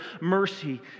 mercy